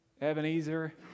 Ebenezer